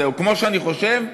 כמו שאני חושב,